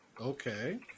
Okay